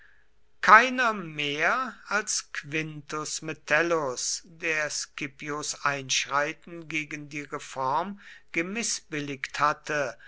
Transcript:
keiner mehr als quintus metellus der scipios einschreiten gegen die reform gemißbilligt hatte